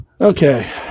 Okay